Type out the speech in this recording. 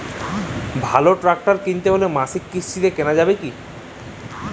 ভালো ট্রাক্টর কিনতে হলে মাসিক কিস্তিতে কেনা যাবে কি?